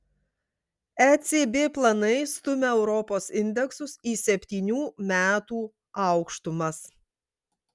ecb planai stumia europos indeksus į septynių metų aukštumas